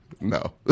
No